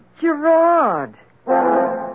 Gerard